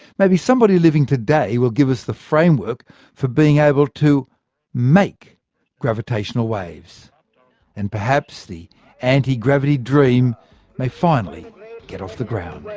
maybe somebody living today will give us the framework for being able to make gravitational waves and perhaps the anti-gravity dream may finally get off the ground.